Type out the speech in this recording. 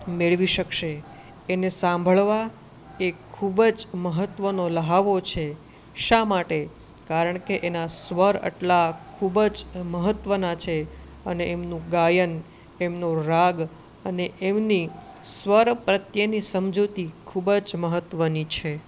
મેળવી શકશે એને સાંભળવા એ ખૂબ જ મહત્ત્વનો લ્હાવો છે શા માટે કારણકે એના સ્વર આટલા ખૂબ જ મહત્ત્વના છે અને એમનું ગાયન એમનો રાગ અને એમની સ્વર પ્રત્યેની સમજૂતી ખૂબ જ મહત્ત્વની છે